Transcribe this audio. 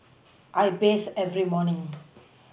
I bathe every morning